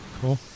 Cool